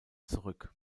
zurück